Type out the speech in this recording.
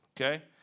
Okay